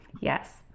Yes